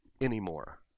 anymore